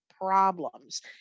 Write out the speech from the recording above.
problems